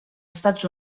estats